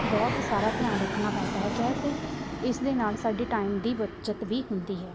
ਬਹੁਤ ਸਾਰਾ ਧਿਆਨ ਰੱਖਣਾ ਪੈਂਦਾ ਹੈਗਾ ਹੈ ਅਤੇ ਇਸ ਦੇ ਨਾਲ ਸਾਡੇ ਟਾਈਮ ਦੀ ਬੱਚਤ ਵੀ ਹੁੰਦੀ ਹੈ